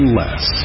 less